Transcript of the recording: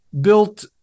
built